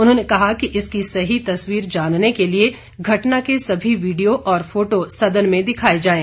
उन्होंने कहा कि इसकी सही तस्वीर जानने के लिए घटना के सभी वीडियो और फोटो सदन में दिखाए जाएं